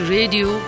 Radio